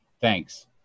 Thanks